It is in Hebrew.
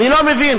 אני לא מבין,